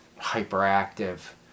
hyperactive